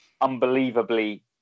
unbelievably